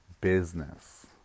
business